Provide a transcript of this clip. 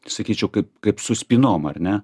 sakyčiau kaip kaip su spynom ar ne